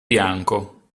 bianco